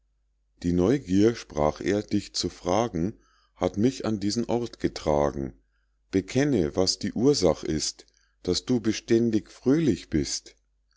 die neugier sprach er dich zu fragen hat mich an diesen ort getragen bekenne was die ursach ist daß du beständig fröhlich bist